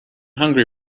hungry